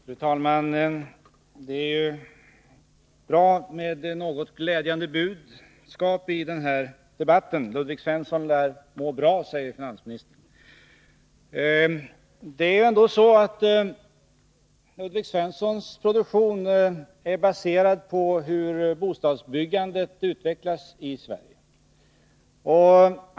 Fru talman! Det är bra med något glädjande budskap i denna debatt. Ludvig Svensson lär må bra, säger finansministern. Faktum är att Ludvig Svenssons produktion är baserad på hur bostadsbyggandet utvecklas i Sverige.